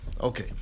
Okay